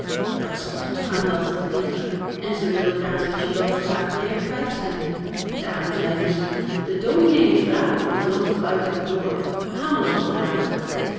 dat zal goed gaan dachten de dieven en ze wilden katerliesje wel graâg weêr kwijt zijn daarom zeiden ze de dominee heeft rapen op het land buiten het dorp haal ons wat rapen